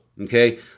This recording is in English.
okay